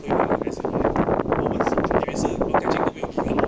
对吗 as in like 我问是你每次 bug catching 都没利好